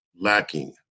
lacking